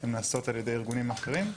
הן נעשות על ידי ארגונים אחרים,